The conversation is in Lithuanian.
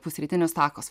pusrytinius takos